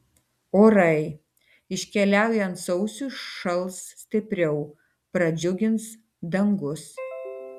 orai iškeliaujant sausiui šals stipriau pradžiugins dangus